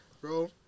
bro